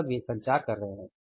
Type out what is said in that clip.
मतलब वे संचार कर रहे हैं